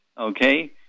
okay